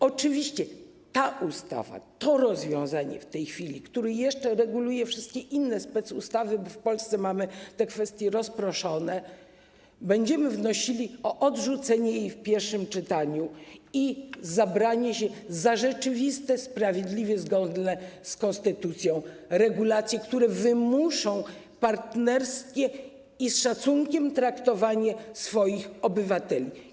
Oczywiście jeśli chodzi o tę ustawę, o to rozwiązanie w tej chwili - które jeszcze reguluje wszystkie inne specustawy, bo w Polsce mamy te kwestie rozproszone - będziemy wnosili o jej odrzucenie w pierwszym czytaniu i zabranie się za rzeczywiste, sprawiedliwe i zgodne z konstytucją regulacje, które wymuszą partnerskie i pełne szacunku traktowanie swoich obywateli.